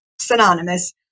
synonymous